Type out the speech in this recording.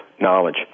knowledge